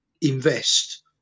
invest